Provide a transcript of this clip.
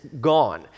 gone